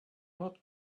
not